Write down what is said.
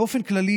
באופן כללי,